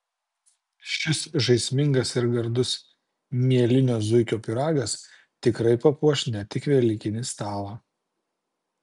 šis žaismingas ir gardus mielinio zuikio pyragas tikrai papuoš ne tik velykinį stalą